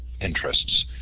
interests